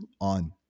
on